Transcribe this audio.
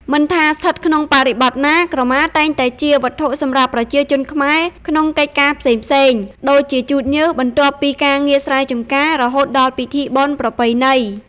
មិនថាស្ថិតក្នុងបរិបទណា ក្រមាតែងតែជាវត្ថុសម្រាប់ប្រជាជនខ្មែរក្នុងកិច្ចការផ្សេងៗ ដូចជាជូតញើសបន្ទាប់ពីការងារស្រែចម្ការរហូតដល់ពិធីបុណ្យប្រពៃណី។